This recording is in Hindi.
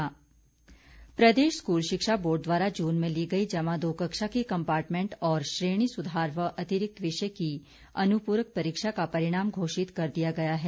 परीक्षा परिणाम प्रदेश स्कूल शिक्षा बोर्ड द्वारा जून में ली गई जमा दो कक्षा की कम्पार्टमेंट और श्रेणी सुधार व अतिरिक्त विषय की अनुपूरक परीक्षा का परिणाम घोषित कर दिया गया है